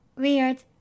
weird